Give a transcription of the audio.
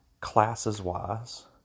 classes-wise